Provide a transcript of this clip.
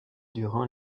durant